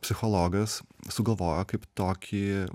psichologas sugalvojo kaip tokį